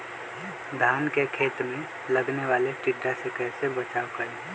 धान के खेत मे लगने वाले टिड्डा से कैसे बचाओ करें?